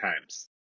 times